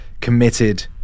committed